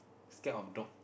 scared of dog